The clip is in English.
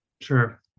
Sure